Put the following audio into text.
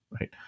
right